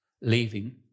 leaving